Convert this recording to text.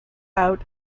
out